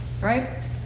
right